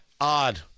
odd